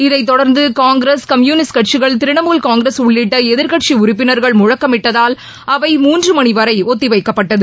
இதைத் தொடர்ந்து Congress communist கட்சிகள் திரிணாமூல் காங்கிரஸ் உள்ளிட்ட எதிர்க்கட்சி உறுப்பினர்கள் முழக்கமிட்டதால் அவை மூன்றுமணி வரை ஒத்தி வைக்கப்பட்டது